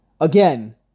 again